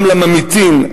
גם לממעיטים,